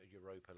Europa